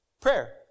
Prayer